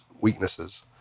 weaknesses